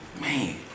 man